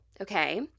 okay